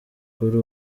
kuri